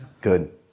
Good